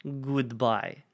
Goodbye